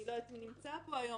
אני לא יודעת אם הוא נמצא פה יום,